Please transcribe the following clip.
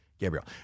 Gabriel